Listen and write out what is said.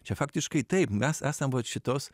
čia faktiškai taip mes esam vat šitos